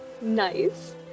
nice